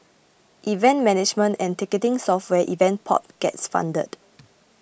event management and ticketing software Event Pop gets funded